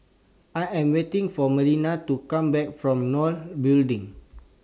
I Am waiting For Marlena to Come Back from NOL Building